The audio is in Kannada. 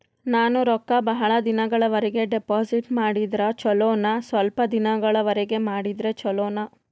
ನಾನು ರೊಕ್ಕ ಬಹಳ ದಿನಗಳವರೆಗೆ ಡಿಪಾಜಿಟ್ ಮಾಡಿದ್ರ ಚೊಲೋನ ಸ್ವಲ್ಪ ದಿನಗಳವರೆಗೆ ಮಾಡಿದ್ರಾ ಚೊಲೋನ?